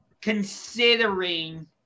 considering